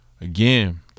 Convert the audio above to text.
again